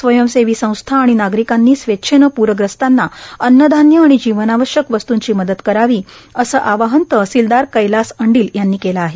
स्वयंसेवी संस्था आणि नागरिकांनी स्वेच्छेनं प्रग्रस्तांना अन्नधान्य आणि जीवनावश्यक वस्तूंची मदत करावी असं आवाहन तहसीलदार कैलास अंडील यांनी केलं आहे